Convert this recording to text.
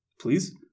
please